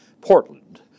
Portland